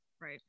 Right